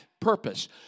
purpose